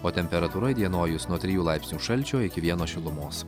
o temperatūra įdienojus nuo trijų laipsnių šalčio iki vieno šilumos